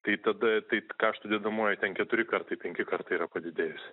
tai tada tai karštų dedamoji ten keturi kartai penki kartai yra padidėjus